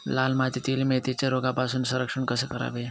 लाल मातीतील मेथीचे रोगापासून संरक्षण कसे करावे?